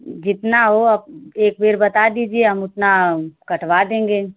जितना हो आप एक बार बता दीजिये हम उतना कटवा देंगे